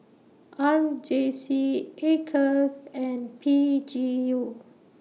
R J C Acres and P G U